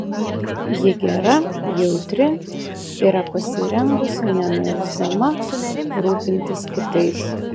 ji gera jautri yra pasirengusi nenuilsdama rūpintis kitais